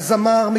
הזמר,